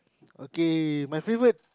okay my favourite